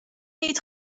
niet